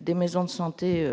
des maisons de santé